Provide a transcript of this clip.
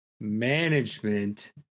management